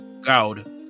Goud